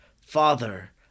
Father